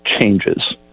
changes